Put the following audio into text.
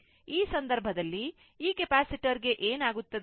ಆ ಸಂದರ್ಭದಲ್ಲಿ ಈ ಕೆಪಾಸಿಟರ್ ಗೆ ಏನಾಗುತ್ತದೆ